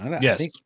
Yes